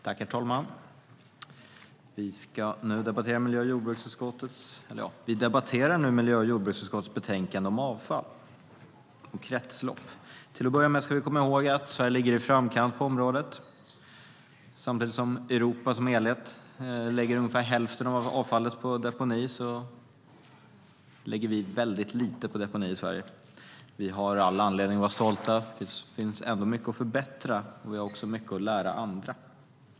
Herr talman! Vi debatterar nu miljö och jordbruksutskottets betänkande om avfall och kretslopp. Till att börja med ska vi komma ihåg att Sverige ligger i framkant på området - samtidigt som Europa som helhet fortfarande lägger närmare hälften av avfallet på deponi lägger vi i Sverige väldigt lite på deponi. Vi har all anledning att vara stolta, men det finns ändå mycket att förbättra. Vi har även mycket att lära andra.